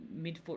midfoot